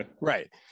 right